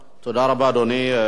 תודה רבה, אדוני.